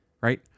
right